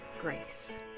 grace